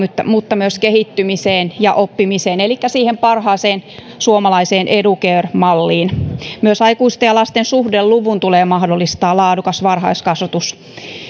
myös kehittymiseen ja oppimiseen elikkä siihen parhaaseen suomalaiseen educare malliin myös aikuisten ja lasten suhdeluvun tulee mahdollistaa laadukas varhaiskasvatus